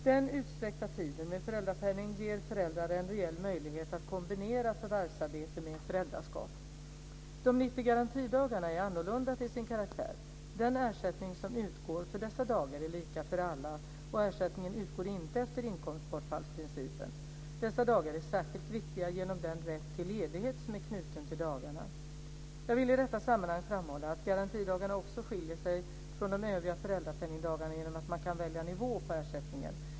Den utsträckta tiden med föräldrapenning ger föräldrar en reell möjlighet att kombinera förvärvsarbete med föräldraskap. De 90 garantidagarna är annorlunda till sin karaktär. Den ersättning som utgår för dessa dagar är lika för alla och ersättningen utgår inte efter inkomstbortfallsprincipen. Dessa dagar är särskilt viktiga genom den rätt till ledighet som är knuten till dagarna. Jag vill i detta sammanhang framhålla att garantidagarna också skiljer sig från de övriga föräldrapenningdagarna genom att man kan välja nivå på ersättningen.